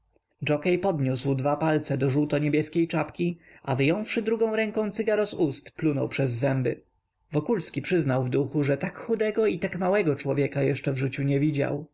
dżokiej podniósł dwa palce do żółto-niebieskiej czapki a wyjąwszy drugą ręką cygaro z ust plunął przez zęby wokulski przyznał w duchu że tak chudego i tak małego człowieka jeszcze w życiu nie widział